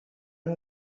amb